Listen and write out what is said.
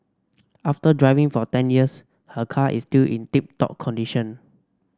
after driving for ten years her car is still in tip top condition